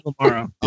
tomorrow